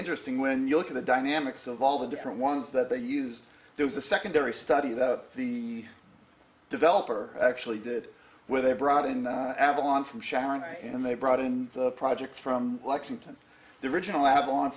interesting when you look at the dynamics of all the different ones that they used there was a secondary study that the developer actually did where they brought in avalon from sharon and they brought in the project from lexington the original avalon